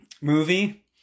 movie